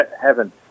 heaven